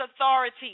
authority